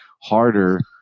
harder